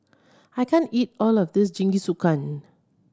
I can't eat all of this Jingisukan